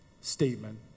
statement